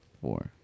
four